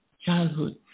childhood